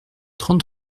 trente